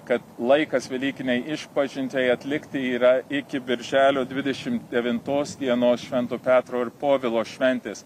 kad laikas velykinę išpažintį atlikti yra iki birželio dvidešimt devintos dienos švento petro ir povilo šventės